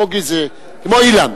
בוגי זה כמו אילן.